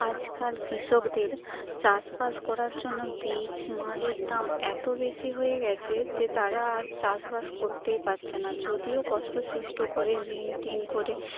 আজকাল কৃষকদের চাষবাস করার জন্য বীজ মালের দাম এতো বেশি হয়ে গেছে যে তারা আর চাষবাস করতেই পারছে না যদিও কষ্ট শিষ্ট করে ঋণ টিন করে